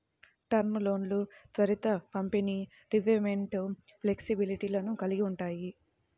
term లోన్లు త్వరిత పంపిణీ, రీపేమెంట్ ఫ్లెక్సిబిలిటీలను కలిగి ఉంటాయి